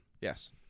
Yes